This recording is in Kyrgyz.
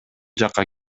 жакка